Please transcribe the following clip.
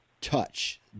touch